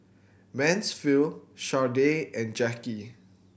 Mansfield Sharday and Jacki